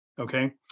okay